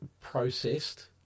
processed